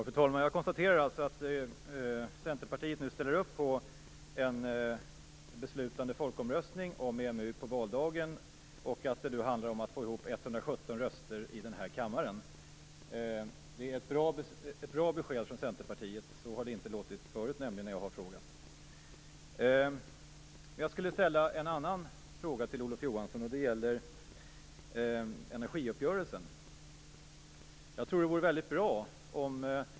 Fru talman! Jag konstaterar att Centerpartiet nu ställer sig bakom en beslutande folkomröstning om EMU på valdagen och att det nu handlar om att få ihop 117 röster i kammaren. Det är ett bra besked från Centerpartiet. Så har det nämligen inte låtit tidigare när jag har frågat. Jag skulle vilja ställa en annan fråga till Olof Johansson, och den gäller energiuppgörelsen.